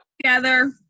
together